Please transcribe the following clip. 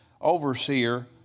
overseer